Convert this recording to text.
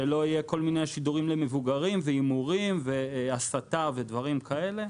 שלא יהיו כל מיני שידורים למבוגרים והימורים והסתה ודברים כאלה.